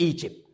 Egypt